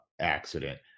accident